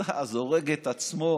זז, הורג את עצמו,